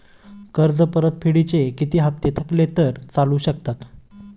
कर्ज परतफेडीचे किती हप्ते थकले तर चालू शकतात?